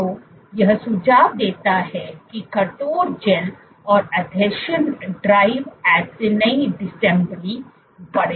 तो यह सुझाव देता है कि कठोर जैल पर आसंजन ड्राइव एसिनी डिसैम्बली बढ़े